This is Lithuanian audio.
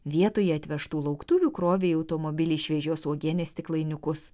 vietoje atvežtų lauktuvių krovė į automobilį šviežios uogienės stiklainiukus